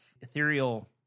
ethereal